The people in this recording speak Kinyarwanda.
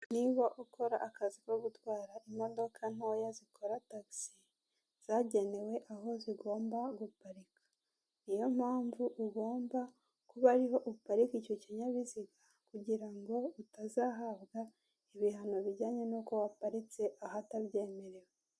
Niba ukora akazi ko gutwara imodoka ntoya zikora takisi, zagenewe aho zigomba guparika. Ni yo mpamvu ugomba kuba ari ho uparirika icyo kinyabiziga, kugira ngo utazahabwa ibihano bijyanye n'uko waparitse ahatabyemerewe.